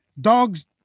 dogs